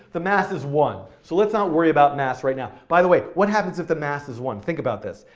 the mass is one, so let's not worry about mass right now. by the way, what happens if the mass is one? think about this.